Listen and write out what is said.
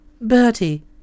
Bertie